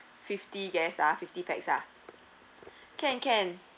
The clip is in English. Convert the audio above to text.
fifty guests ah fifty pax ah can can